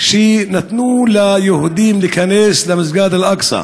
שנתנו ליהודים להיכנס למסגד אל-אקצא.